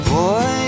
Boy